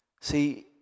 See